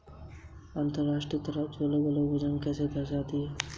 मैं बैंक से अधिकतम कितनी राशि उधार ले सकता हूँ?